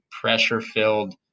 pressure-filled